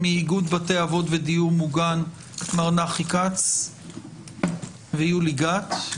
מאיגוד בתי אבות ודיור מוגן, מר נחי כץ ויולי גת.